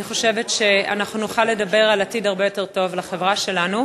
אני חושבת שנוכל לדבר על עתיד הרבה יותר טוב לחברה שלנו.